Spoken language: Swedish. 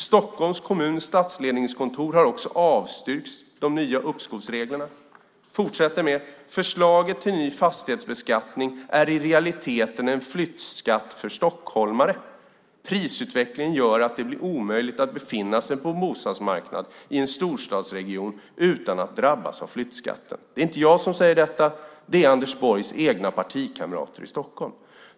Stockholms kommuns stadsledningskontor har också avstyrkt de nya uppskovsreglerna. Vidare skriver de: "Förslaget till ny fastighetsbeskattning är i realiteten en flyttskatt för stockholmare. Prisutvecklingen gör att det blir omöjligt att befinna sig på bostadsmarknaden i en storstadsregion utan att drabbas av flyttskatten." Det är inte jag som säger detta; det är Anders Borgs egna partikamrater i Stockholm.